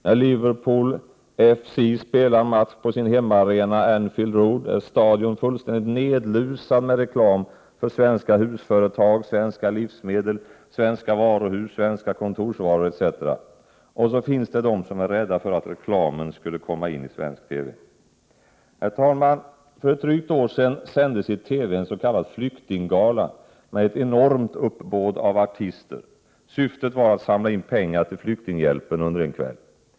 När Liverpool FC spelar match på sin hemmaarena Anfield Road är stadion fullständigt nedlusad med reklam för svenska husföretag, svenska livsmedel, svenska varuhus, svenska kontorsvaror etc. Och så finns det de som är rädda för att reklamen skulle komma in i svensk TV! Herr talman! För ett drygt år sedan sändes i TV ens.k. flyktinggala med ett enormt uppbåd av artister; syftet var att samla in pengar till flyktinghjälpen under en kväll.